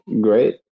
Great